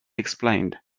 explained